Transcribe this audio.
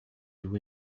you